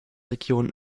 region